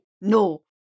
No